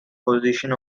position